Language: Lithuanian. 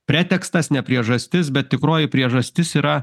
pretekstas ne priežastis bet tikroji priežastis yra